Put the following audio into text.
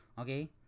okay